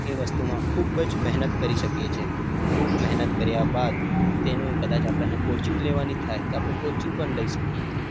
એ વસ્તુમાં ખૂબ જ મહેનત કરી શકીએ છીએ ખૂબ મહેનત કર્યા બાદ તેનું કદાચ આપણને કોચિંગ લેવાની થાય તો આપણે કોચિંગ પણ લઇ શકીએ છીએ